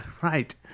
Right